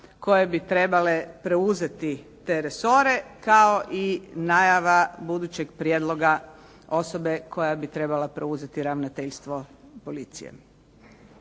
koje bi trebale preuzeti te resore kao i najava budućeg prijedloga osobe koja bi trebala preuzeti ravnateljstvo policije.